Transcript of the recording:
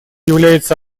является